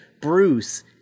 Bruce